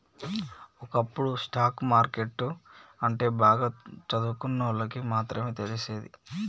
ఒకప్పుడు stock market అంటే బాగా చదువుకున్నోళ్ళకి మాత్రమే తెలిసేది